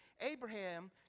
Abraham